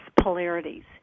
polarities